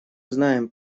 знаем